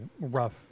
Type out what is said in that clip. rough